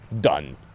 done